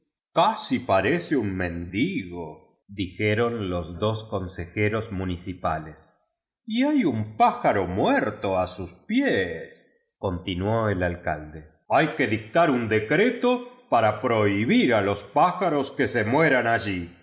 casi parece un mendigo dijeron los dos co n se j eros m u n ic i pal es y hay un pájaro muerto a sus pies conti nuó el alcalde hay que dictar un decreto para prohibir a los pájaros que se mueran allí